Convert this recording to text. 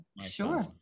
sure